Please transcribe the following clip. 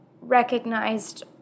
recognized